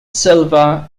silver